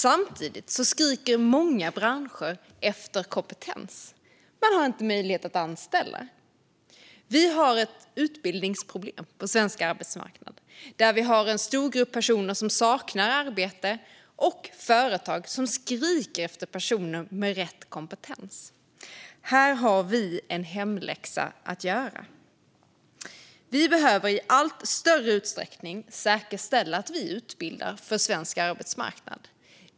Samtidigt skriker många branscher efter kompetens. Man har inte möjlighet att anställa. Vi har ett utbildningsproblem på svensk arbetsmarknad. Vi har en stor grupp personer som saknar arbete och företag som skriker efter personer med rätt kompetens. Här har vi en hemläxa att göra. Vi behöver i allt större utsträckning säkerställa att vi utbildar för svensk arbetsmarknad.